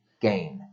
gain